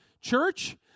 Church